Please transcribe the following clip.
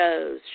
shows